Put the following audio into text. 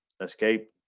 escape